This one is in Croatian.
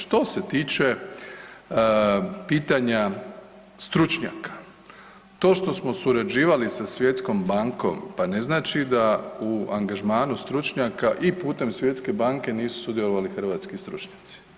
Što se tiče pitanja stručnjaka, to što smo surađivali sa Svjetskom bankom, pa ne znači da u angažmanu stručnjaka i putem Svjetske banke nisu sudjelovali hrvatski stručnjaci.